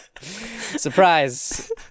Surprise